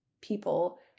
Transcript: people